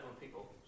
people